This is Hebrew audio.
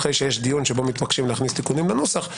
אחרי דיון שבו מתבקשים להכניס תיקונים לנוסח,